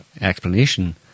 explanation